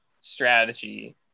strategy